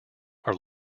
are